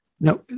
Now